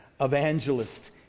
evangelist